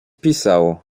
pisał